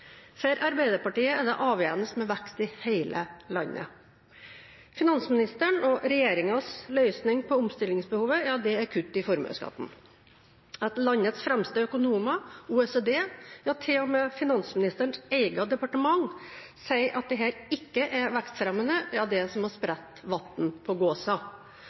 For Arbeiderpartiet er det avgjørende med vekst i hele landet. Finansministeren og regjeringens løsning på omstillingsbehovet er kutt i formuesskatten. At landets fremste økonomer, OECD og til og med finansministerens eget departement sier at dette ikke er vekstfremmende, ja, det er som å skvette vann på gåsa.